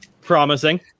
promising